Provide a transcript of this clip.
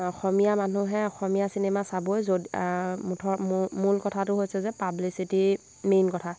অসমীয়া মানুহে অসমীয়া চিনেমা চাবই য'ত মুঠৰ মূল কথাটো হৈছে যে পাব্লিচিটি মেইন কথা